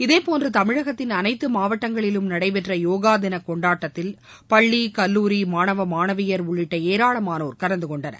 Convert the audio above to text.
இதேபோன்று தமிழகத்தின் அனைத்து மாவட்டங்களிலும் நடைபெற்ற போகா தினம் கொண்டாட்டத்தில் பள்ளி கல்லூரி மாணவ மாணவியர் உள்ளிட்ட ஏராளமானோர் கலந்துகொண்டனர்